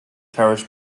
carriage